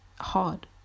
hard